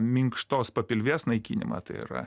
minkštos papilvės naikinimą tai yra